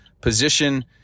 position